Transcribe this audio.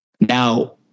Now